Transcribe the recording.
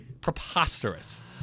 Preposterous